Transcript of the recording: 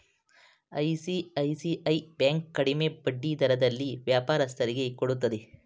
ICICI bank ಕಡಿಮೆ ಬಡ್ಡಿ ದರದಲ್ಲಿ ವ್ಯಾಪಾರಸ್ಥರಿಗೆ ಕೊಡುತ್ತದೆ